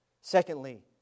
Secondly